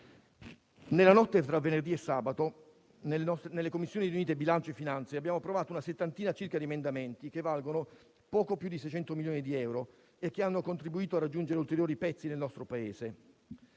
Nella notte tra venerdì e sabato nelle Commissioni riunite bilancio e finanze abbiamo approvato una settantina circa di emendamenti che valgono poco più di 600 milioni di euro, che hanno contribuito a interessare ulteriori settori del nostro Paese,